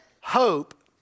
hope